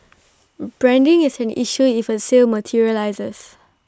branding is an issue if A sale materialises